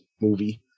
movie